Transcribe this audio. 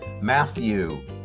Matthew